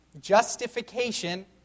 Justification